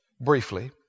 briefly